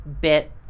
bit